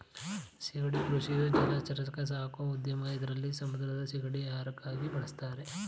ಸಿಗಡಿ ಕೃಷಿಯು ಜಲಚರನ ಸಾಕೋ ಉದ್ಯಮ ಇದ್ರಲ್ಲಿ ಸಮುದ್ರದ ಸಿಗಡಿನ ಆಹಾರಕ್ಕಾಗ್ ಬಳುಸ್ತಾರೆ